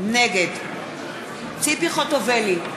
נגד ציפי חוטובלי,